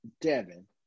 Devin